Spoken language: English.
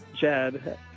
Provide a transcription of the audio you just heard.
Jed